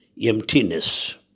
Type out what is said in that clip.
emptiness